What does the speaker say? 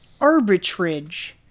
arbitrage